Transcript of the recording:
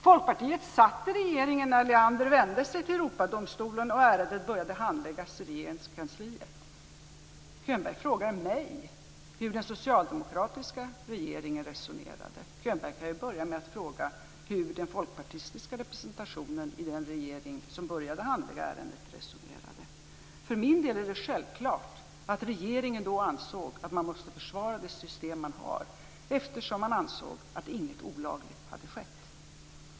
Folkpartiet satt i regeringen när Leander vände sig till Europadomstolen och ärendet började handläggas i Regeringskansliet. Könberg frågar mig hur den socialdemokratiska regeringen resonerade. Könberg kan ju börja med att fråga hur den folkpartistiska representationen i den regering som började handlägga ärendet resonerade. För min del är det självklart att regeringen då ansåg att man måste försvara det system man har eftersom man ansåg att inget olagligt hade skett.